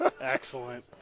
excellent